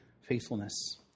faithfulness